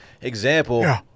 Example